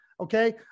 Okay